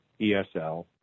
ESL